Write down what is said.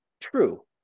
True